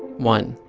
one,